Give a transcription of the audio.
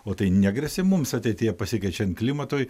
o tai negresia mums ateityje pasikeičiant klimatui